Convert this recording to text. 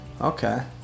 Okay